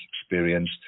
experience